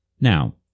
Now